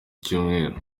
cyumweru